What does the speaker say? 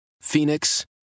Phoenix